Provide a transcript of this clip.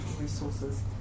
resources